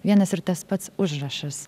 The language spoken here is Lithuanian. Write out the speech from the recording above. vienas ir tas pats užrašas